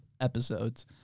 episodes